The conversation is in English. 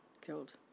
killed